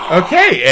okay